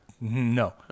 no